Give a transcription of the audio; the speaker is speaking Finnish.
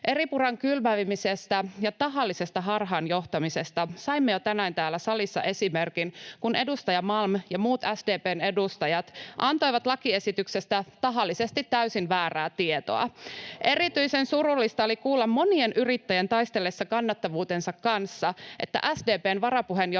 Eripuran kylvämisestä ja tahallisesta harhaanjohtamisesta saimme jo tänään täällä salissa esimerkin, kun edustaja Malm ja muut SDP:n edustajat antoivat lakiesityksestä tahallisesti täysin väärää tietoa. Erityisen surullista oli kuulla monien yrittäjien taistellessa kannattavuutensa kanssa, [Välihuutoja